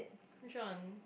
which one